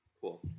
cool